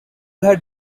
had